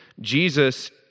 Jesus